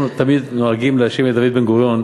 היום תמיד נוהגים להאשים את דוד בן-גוריון,